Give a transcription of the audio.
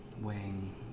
weighing